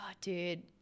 dude